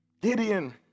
Gideon